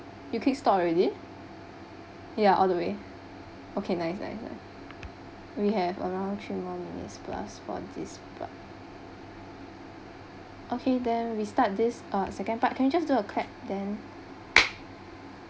you click stop already ya all the way okay nice nice nice we have around three more minutes plus for this part okay then we start this uh second part can you just do a clap then